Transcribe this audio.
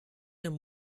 him